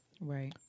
Right